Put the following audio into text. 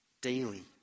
daily